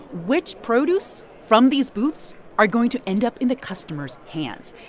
which produce from these booths are going to end up in the customers' hands.